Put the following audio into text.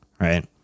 right